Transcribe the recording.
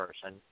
person